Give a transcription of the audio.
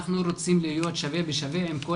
אנחנו רוצים להיות שווה בשווה עם כל